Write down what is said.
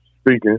speaking